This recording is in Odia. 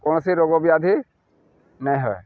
କୌଣସି ରୋଗ ବ୍ୟାଧି ନାଇଁ ହଏ